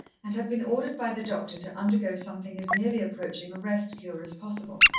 and had been ordered by the doctor to undergo something as nearly approaching a rest-cure as possible.